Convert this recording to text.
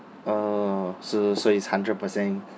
orh so so is hundred per cent